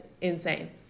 insane